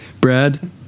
Brad